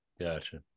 gotcha